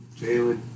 Jalen